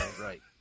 right